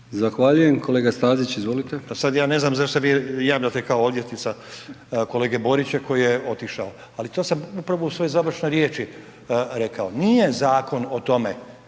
Zahvaljujem. Kolega Stazić, izvolite. **Stazić, Nenad (SDP)** Sad ja ne znam da zašto vi kao odvjetnika kolege Borića koji je otišao ali to sam upravo u svojoj završnoj riječi rekao. Nije zakon o tome